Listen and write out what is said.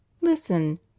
Listen